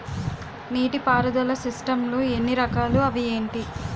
నీటిపారుదల సిస్టమ్ లు ఎన్ని రకాలు? అవి ఏంటి?